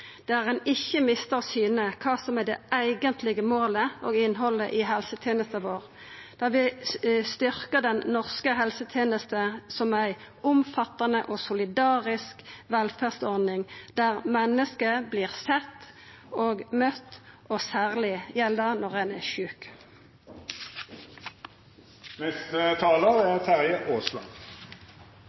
der ein ikkje mistar av syne kva som er det eigentlege målet og innhaldet i helsetenesta vår, der vi styrkjar den norske helsetenesta som ei omfattande og solidarisk velferdsordning, der menneske vert sett og møtt. Særleg gjeld det når ein er